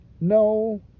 no